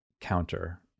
counter